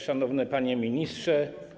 Szanowny Panie Ministrze!